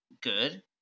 good